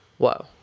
whoa